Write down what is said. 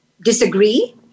disagree